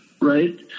right